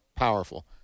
Powerful